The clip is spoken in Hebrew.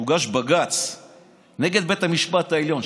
כשהוגש בג"ץ נגד בית המשפט העליון,